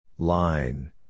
Line